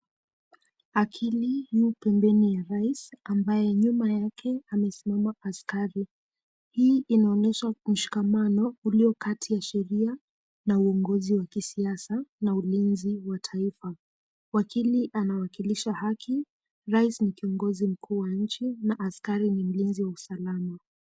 Wakili yu pembeni ya rais ambaye nyuma yake amesimama askari. Hii inaonyesha mshikamano ulio kati ya sheria na uongozi wa kisiasa na ulinzi wa taifa. Wakili anawakilisha haki, rais ni kiongozi mkuu wa nchi na askari ni mlinzi wa usalama.